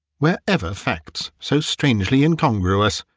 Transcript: were ever facts so strangely incongruous,